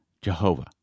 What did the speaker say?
Jehovah